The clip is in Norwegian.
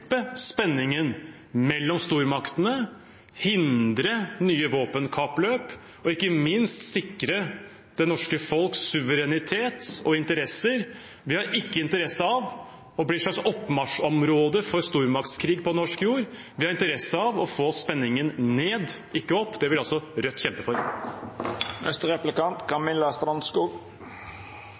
dempe spenningen mellom stormaktene, hindre nye våpenkappløp og ikke minst sikre det norske folks suverenitet og interesser. Vi har ikke interesse av å bli et slags oppmarsjområde for stormaktskrig på norsk jord. Vi har interesse av å få spenningen ned, ikke opp – det vil Rødt kjempe for.